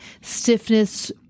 stiffness